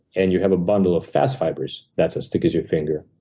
and you have a bundle of fast fibers that's as thick as your finger,